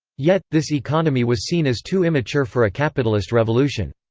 yet, this economy was seen as too immature for a capitalist revolution.